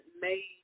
made